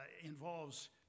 involves